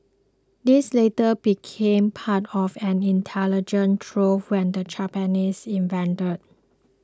these later became part of an intelligence trove when the Japanese invaded